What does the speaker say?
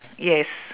yes